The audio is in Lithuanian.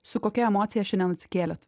su kokia emocija šiandien atsikėlėt